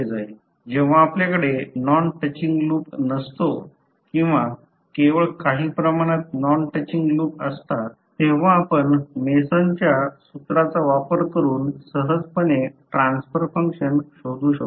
जेव्हा आपल्याकडे non touching loop नसतो किंवा केवळ काही प्रमाणात नॉन टचिंग लूप असतात तेव्हा आपण मेसनच्या सूत्राचा वापर करून सहजपणे ट्रान्सफर फंक्शन शोधू शकतो